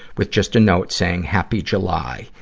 with just a note saying happy july.